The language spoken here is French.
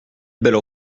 belle